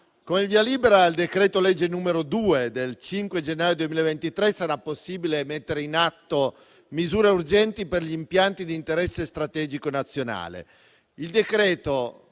con il via libera al decreto-legge n. 2 del 5 gennaio 2023 sarà possibile mettere in atto misure urgenti per gli impianti di interesse strategico nazionale. Il decreto-legge,